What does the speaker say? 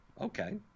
Okay